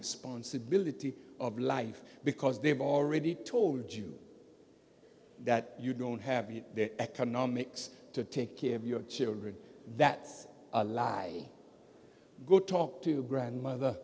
responsibility of life because they've already told you that you don't have economic to take care of your children that's a lie go talk to grandmother